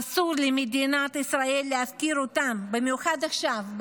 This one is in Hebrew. אסור למדינת ישראל להפקיר אותם במיוחד עכשיו,